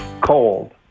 cold